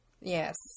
Yes